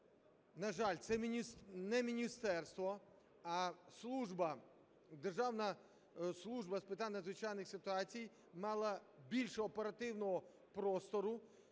(на жаль, це не міністерство, а служба) Державна служба з питань надзвичайних ситуацій мала більше оперативного простору